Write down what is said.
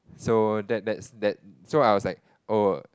so that that's that so I was like oh